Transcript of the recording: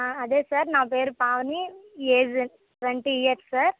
ఆ అదే సార్ నా పేరు Pavani age twenty years sir